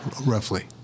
roughly